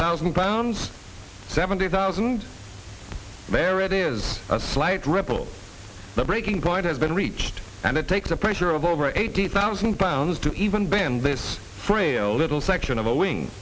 thousand pounds seventy thousand there it is a slight ripple the breaking point has been reached and it takes the pressure of over eighty thousand pounds to even bend this frail little section of a wing